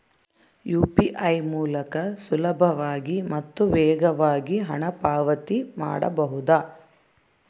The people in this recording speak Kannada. ಯು.ಪಿ.ಐ ಮೂಲಕ ಸುಲಭವಾಗಿ ಮತ್ತು ವೇಗವಾಗಿ ಹಣ ಪಾವತಿ ಮಾಡಬಹುದಾ?